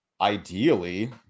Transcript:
ideally